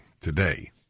today